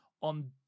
on